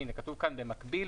הנה זה כתוב כאן: "במקביל,